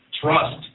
trust